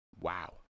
Wow